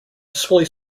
display